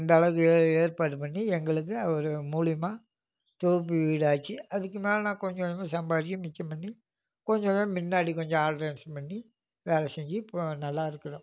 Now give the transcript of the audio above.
இந்த அளவுக்கு ஏ ஏற்பாடு பண்ணி எங்களுக்கு அவரு மூலியமாக தொகுப்பு வீடாச்சு அதுக்கு மேலே நான் கொஞ்சம் கொஞ்சமாக சம்பாரித்து மிச்சம் பண்ணி கொஞ்ச தூரம் முன்னாடி கொஞ்சம் ஆல்டர்னேஷன் பண்ணி வேலை செஞ்சு இப்போது நல்லா இருக்கிறோம்